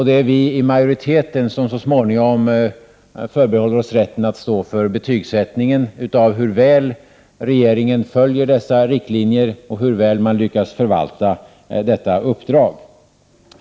Det är vi i majoriteten som så småningom förbehåller oss rätten att betygsätta hur väl regeringen följer dessa riktlinjer och hur väl man lyckas förvalta detta uppdrag.